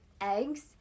eggs